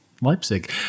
Leipzig